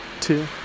two